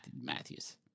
Matthews